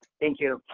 thank you.